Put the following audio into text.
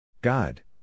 God